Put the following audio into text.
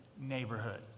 neighborhood